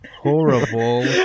horrible